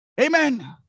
Amen